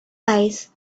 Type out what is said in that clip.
wise